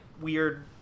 weird